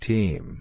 Team